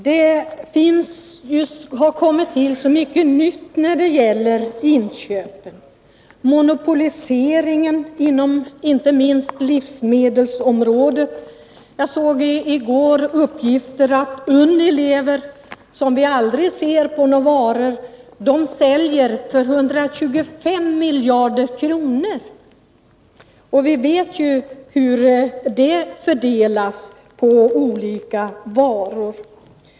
Det har kommit till så mycket nytt när det gäller inköpen, t.ex. monopoliseringen inte minst inom livsmedelsområdet, som försvårar inköp. Jag såg i går uppgifter om att Unilever — ett namn som vi aldrig ser på några varor — säljer för 125 miljarder kronor, ofta samma varor under olika firmanamn.